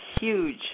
huge